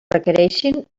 requereixin